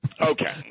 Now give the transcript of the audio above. Okay